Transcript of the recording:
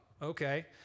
Okay